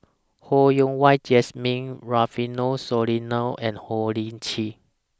Ho Yen Wah Jesmine Rufino Soliano and Ho Lee Ling